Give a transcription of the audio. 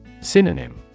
Synonym